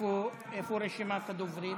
איפה רשימת הדוברים?